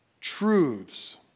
truths